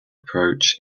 approach